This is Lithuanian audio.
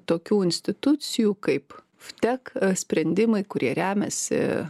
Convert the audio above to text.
tokių institucijų kaip vtek sprendimai kurie remiasi